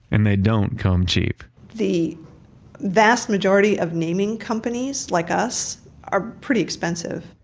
and they don't come cheap the vast majority of naming companies like us are pretty expensive.